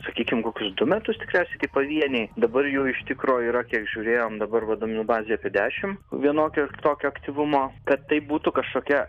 sakykim kokius du metus tikriausiai tik pavieniai dabar jų iš tikro yra kiek žiūrėjom dabar va duomenų bazėj apie dešim vienokio ar kitokio aktyvumo kad tai būtų kažkokia